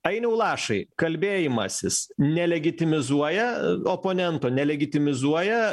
ainiau lašai kalbėjimasis nelegitimizuoja oponento nelegitimizuoja